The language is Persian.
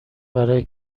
برای